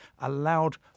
allowed